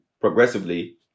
progressively